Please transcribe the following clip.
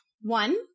One